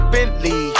Bentley